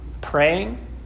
praying